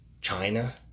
China